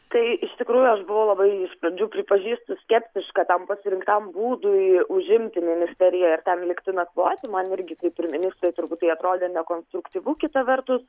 tai iš tikrųjų aš buvau labai iš pradžių pripažįstu skeptiška tam pasirinktam būdui užimti ministeriją ir ten likti nakvoti man irgi kaip ir ministrei turbūt tai atrodė nekonstruktyvu kita vertus